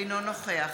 אינו נוכח